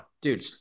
Dude